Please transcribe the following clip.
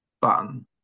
button